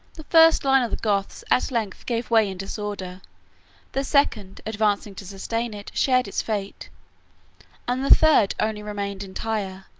the first line of the goths at length gave way in disorder the second, advancing to sustain it, shared its fate and the third only remained entire,